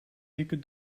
dikke